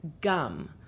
gum